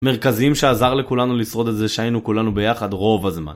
מרכזיים שעזר לכולנו לשרוד את זה שהיינו כולנו ביחד רוב הזמן